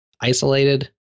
isolated